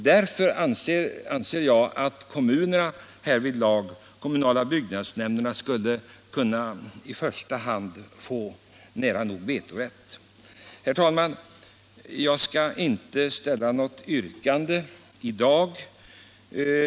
Därför anser jag att de kommunala byggnadsnämnderna borde få nära nog vetorätt. Herr talman! Jag skall inte ställa något yrkande i dag.